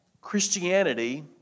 Christianity